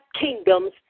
kingdoms